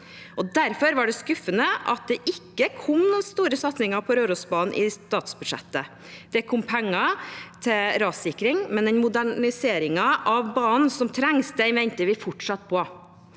Derfor var det skuffende at det ikke kom noen stor satsing på Rørosbanen i statsbudsjettet. Det kom penger til rassikring, men den moderniseringen av banen som trengs, venter vi fortsatt på.